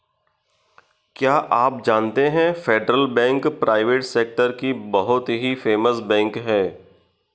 क्या आप जानते है फेडरल बैंक प्राइवेट सेक्टर की बहुत ही फेमस बैंक है?